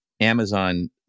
Amazon